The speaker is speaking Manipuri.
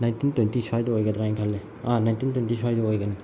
ꯅꯥꯏꯟꯇꯤꯟ ꯇ꯭ꯋꯦꯟꯇꯤ ꯁ꯭ꯋꯥꯏꯗ ꯑꯣꯏꯒꯗ꯭ꯔ ꯍꯥꯏꯅ ꯈꯜꯂꯤ ꯑꯥ ꯅꯥꯏꯟꯇꯤꯟ ꯇ꯭ꯋꯦꯟꯇꯤ ꯁ꯭ꯋꯥꯏꯗ ꯑꯣꯏꯒꯅꯤ